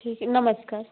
ठीक है नमस्कार